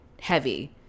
heavy